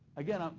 again um